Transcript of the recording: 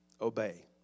obey